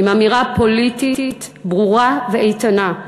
עם אמירה פוליטית ברורה ואיתנה,